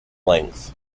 length